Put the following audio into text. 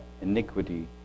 iniquity